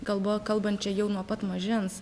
kalba kalbančią jau nuo pat mažens